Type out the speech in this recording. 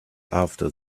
after